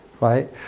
right